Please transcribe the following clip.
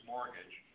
Mortgage